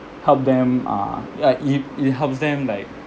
help them uh ya it it helps them like